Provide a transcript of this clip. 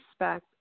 respect